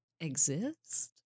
exist